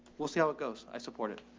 we'll see how it goes. i support it.